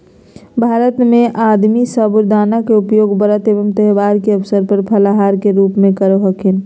भारत में आदमी साबूदाना के उपयोग व्रत एवं त्यौहार के अवसर पर फलाहार के रूप में करो हखिन